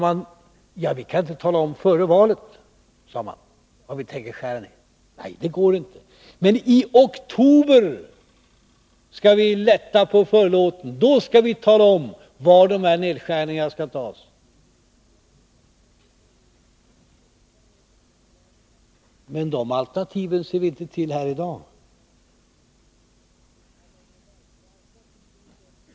Man sade: Vi kan inte tala om vad vi tänker skära ned före valet. Det går inte. Men i oktober skall vi lätta på förlåten. Då skall vi tala om var nedskärningarna skall göras. Men de alternativen ser vi inte till här i dag.